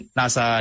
nasa